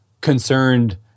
concerned